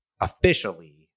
officially